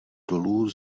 dolů